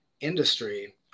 industry